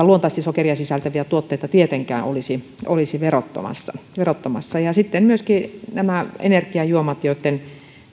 luontaisesti sokeria sisältäviä tuotteita tietenkään olisi olisi verottamassa verottamassa sitten myöskin näihin energiajuomiin joitten